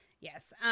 Yes